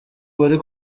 bari